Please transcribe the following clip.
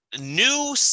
new